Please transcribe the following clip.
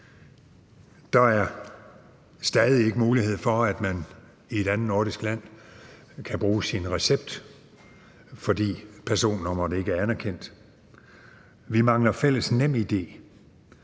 Der er stadig ikke mulighed for, at man i et andet nordisk land kan bruge sin recept, fordi personnummeret ikke er anerkendt. Vi mangler fælles NemID.